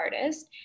artist